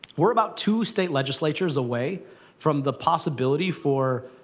we're about two state legislatures away from the possibility for,